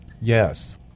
Yes